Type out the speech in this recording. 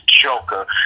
Joker